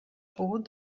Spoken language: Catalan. pogut